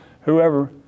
whoever